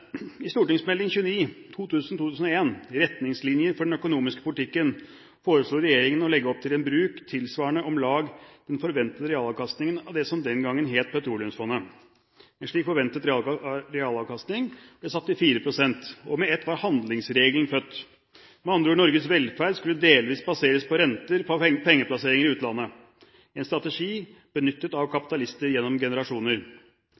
St.meld. nr. 29 for 2000–2001 om retningslinjer for den økonomiske politikken foreslo regjeringen å legge opp til en bruk tilsvarende om lag den forventede realavkastningen av det som den gangen het Petroleumsfondet. En slik forventet realavkastning ble satt til 4 pst., og med ett var handlingsregelen født. Med andre ord: Norges velferd skulle delvis baseres på renter fra pengeplasseringer i utlandet, en strategi som har vært benyttet av